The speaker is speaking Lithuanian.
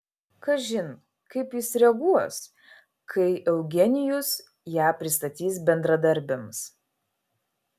kažin kaip jis reaguos kai eugenijus ją pristatys bendradarbiams